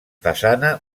façana